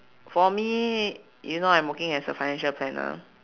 for me you know I'm working as a financial planner